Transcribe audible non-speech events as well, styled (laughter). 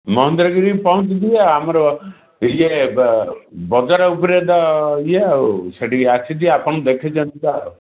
ମହେନ୍ଦ୍ରଗିରି ପହଞ୍ଚିଯିବେ ଆମର ଇଏ (unintelligible) ବଜାର ଉପରେ ତା ଇଏ ଆଉ ସେଠିକି ଆସିଛି ଆପଣଙ୍କୁ ଦେଖିଛନ୍ତି ତ ଆଉ